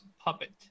Puppet